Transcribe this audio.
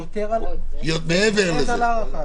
מעבר להארכה הזאת?